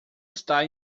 está